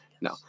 No